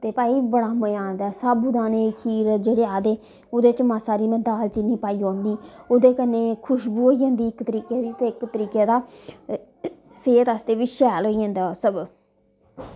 ते भाई बड़ा मज़ा आंदा ऐ साह्बू दाने दी खीर जेह्ड़े आखदे ओह्दे च में मासा हारी दाल चीनी पाई ओड़नी ओह्दे कन्ने खश्बू होई जंदी इक तरीके दी ते इक तरीके दा सेह्त आस्तै बी शैल होई जंदा सब